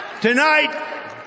Tonight